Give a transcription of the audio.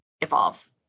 evolve